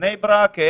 בני ברק.